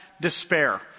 despair